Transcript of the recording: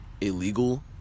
illegal